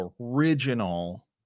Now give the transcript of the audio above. original